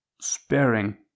sparing